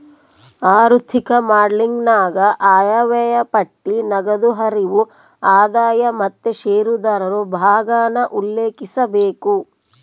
ಆಋಥಿಕ ಮಾಡೆಲಿಂಗನಾಗ ಆಯವ್ಯಯ ಪಟ್ಟಿ, ನಗದು ಹರಿವು, ಆದಾಯ ಮತ್ತೆ ಷೇರುದಾರರು ಭಾಗಾನ ಉಲ್ಲೇಖಿಸಬೇಕು